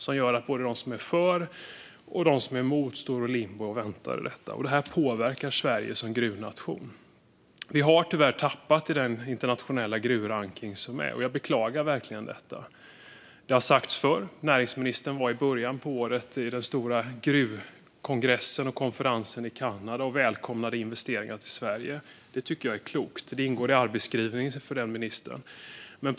Det gör att både de som är för och de som är emot står och väntar i limbo. Detta påverkar Sverige som gruvnation. Vi har tyvärr tappat i den internationella gruvrankningen. Jag beklagar verkligen detta. Det har sagts förr. Näringsministern var i början av året på den stora gruvkongressen och konferensen i Kanada och välkomnade investeringar till Sverige. Det tycker jag är klokt, och det ingår i arbetsbeskrivningen för den ministern.